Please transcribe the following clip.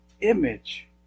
image